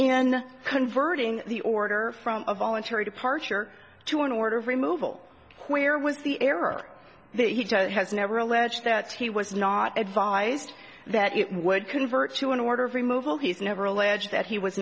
in converting the order from a voluntary departure to an order of removal where was the error that he has never alleged that he was not advised that it would convert to an order of removal he's never alleged that he was